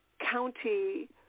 county